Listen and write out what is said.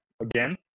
Again